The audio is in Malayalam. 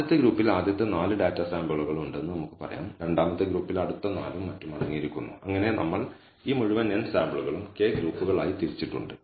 ആദ്യത്തെ ഗ്രൂപ്പിൽ ആദ്യത്തെ 4 ഡാറ്റാ സാമ്പിളുകൾ ഉണ്ടെന്ന് നമുക്ക് പറയാം രണ്ടാമത്തെ ഗ്രൂപ്പിൽ അടുത്ത 4 ഉം മറ്റും അടങ്ങിയിരിക്കുന്നു അങ്ങനെ നമ്മൾ ഈ മുഴുവൻ n സാമ്പിളുകളും k ഗ്രൂപ്പുകളായി തിരിച്ചിട്ടുണ്ട്